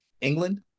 England